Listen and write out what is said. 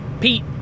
Pete